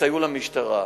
שיסייעו למשטרה.